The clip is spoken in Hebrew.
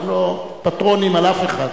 אנחנו לא פטרונים על אף אחד.